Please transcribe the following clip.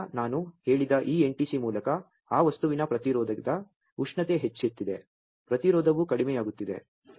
ತದನಂತರ ನಾನು ಹೇಳಿದ ಈ NTC ಮೂಲಕ ಆ ವಸ್ತುವಿನ ಪ್ರತಿರೋಧದ ಉಷ್ಣತೆ ಹೆಚ್ಚುತ್ತಿದೆ ಪ್ರತಿರೋಧವು ಕಡಿಮೆಯಾಗುತ್ತಿದೆ